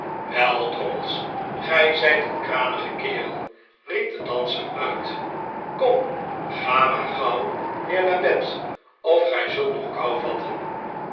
wel drommels gij zijt een kranige kerel riep de danser uit kom ga maar gauw weer naar bed of gij zult nog kou vatten